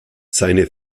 seine